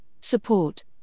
support